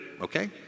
Okay